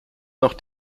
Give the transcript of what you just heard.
noch